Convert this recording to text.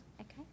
Okay